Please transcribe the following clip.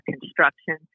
construction